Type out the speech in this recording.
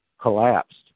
collapsed